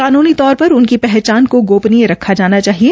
कानूनी तौर पर उनकी पहचान को गोपनीय रखना चाहिए